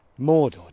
Mordor